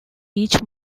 each